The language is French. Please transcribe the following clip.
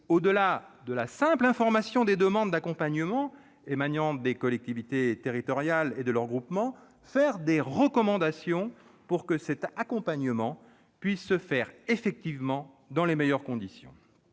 au-delà de la simple information des demandes d'accompagnement émanant des collectivités territoriales et de leurs groupements, faire des recommandations pour que cet accompagnement puisse s'opérer dans les meilleures conditions.